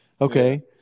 Okay